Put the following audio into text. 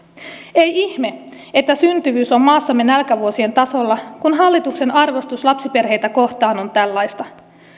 ei ihme että syntyvyys on maassamme nälkävuosien tasolla kun hallituksen arvostus lapsiperheitä kohtaan on tällaista